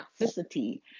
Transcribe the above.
toxicity